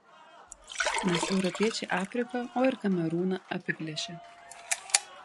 nes europiečiai afriką o ir kamerūną apiplėšė